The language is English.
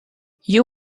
you